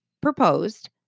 proposed